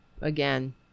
again